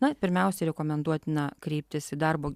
na pirmiausiai rekomenduotina kreiptis į darbo